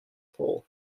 poor